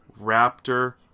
Raptor